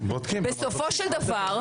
בסופו של דבר.